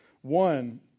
One